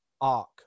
arc